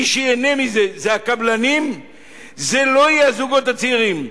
מי שייהנה מזה יהיו אלה הקבלנים ולא הזוגות הצעירים,